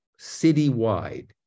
citywide